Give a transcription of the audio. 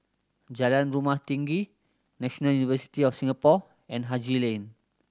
Jalan Rumah Tinggi National University of Singapore and Haji Lane